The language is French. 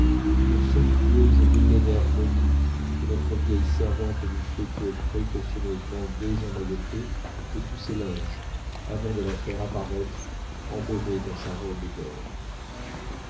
qu'une somptueuse et millénaire momie que notre vieille servante n'eût fait que précautionneusement désemmailloter de tous ses linges avant de la faire apparaître embaumée dans sa robe d'or